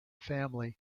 family